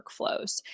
workflows